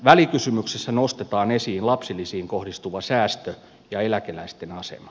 välikysymyksessä nostetaan esiin lapsilisiin kohdistuva säästö ja eläkeläisten asema